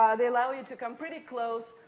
they allow you to come pretty close,